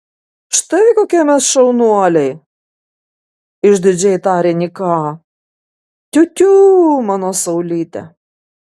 štai kokie mes šaunuoliai išdidžiai tarė niką tiutiū mano saulyte